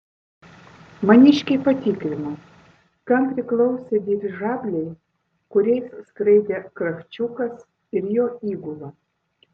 maniškiai patikrino kam priklausė dirižabliai kuriais skraidė kravčiukas ir jo įgula